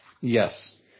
Yes